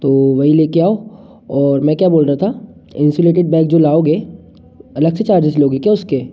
तो वही ले के आओ और मैं क्या बोल रहा था इंसुलेटेड बैग जो लाओगे अलग से चार्जेस लोगे क्या उसके